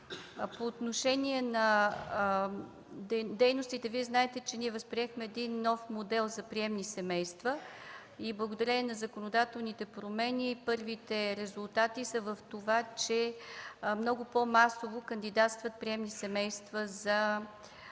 По отношение на дейностите Вие знаете, че възприехме нов модел за приемни семейства и благодарение на законодателните промени първите резултати са в това, че много по-масово кандидатстват приемни семейства да